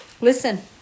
Listen